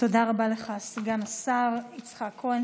תודה רבה לך, סגן השר יצחק כהן.